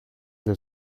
del